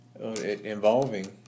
involving